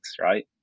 right